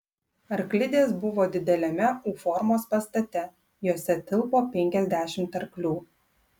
arklidės buvo dideliame u formos pastate jose tilpo penkiasdešimt arklių